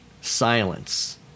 silence